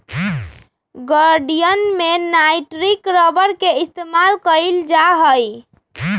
गड़ीयन में nitrile rubber के इस्तेमाल कइल जा हई